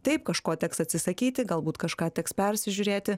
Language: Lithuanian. taip kažko teks atsisakyti galbūt kažką teks persižiūrėti